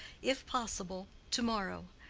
if possible, to-morrow.